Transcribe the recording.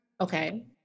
Okay